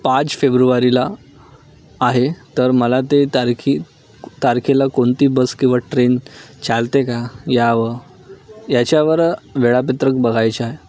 पाच फेब्रुवारीला आहे तर मला ते तारीख तारखेला कोणती बस किंवा ट्रेन चालते का यावर याच्यावर वेळापत्रक बघायचं आहे